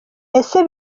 ese